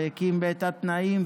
והקים את התנאים,